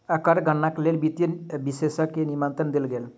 कर गणनाक लेल वित्तीय विशेषज्ञ के निमंत्रण देल गेल